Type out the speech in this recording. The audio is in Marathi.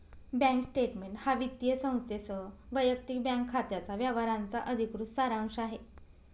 बँक स्टेटमेंट हा वित्तीय संस्थेसह वैयक्तिक बँक खात्याच्या व्यवहारांचा अधिकृत सारांश आहे